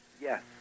Yes